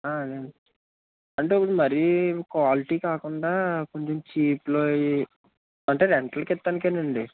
అదేండి అంటే ఇప్పుడు మరి క్వాలిటీ కాకుండా కొంచెం చీప్లో అవి అంటే రెంట్లకి ఇవ్వడానికే అండి